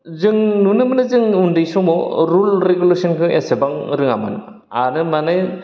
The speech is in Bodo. जों नुनो मोनो जों उन्दै समाव रुल रेगुलेसोन खौ एसेबां रोङामोन आरो माने